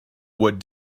what